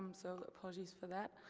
um so apologies for that.